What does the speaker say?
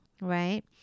right